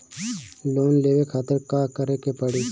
Loan लेवे खातिर का करे के पड़ी?